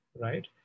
Right